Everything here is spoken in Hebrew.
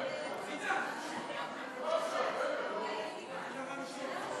סעיף 1 נתקבל.